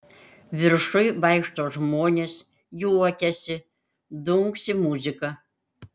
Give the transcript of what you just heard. viršuj vaikšto žmonės juokiasi dunksi muzika